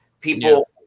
People